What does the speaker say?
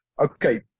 Okay